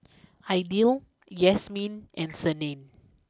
Aidil Yasmin and Senin